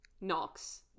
Knocks